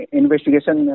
investigation